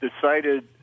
decided